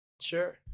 Sure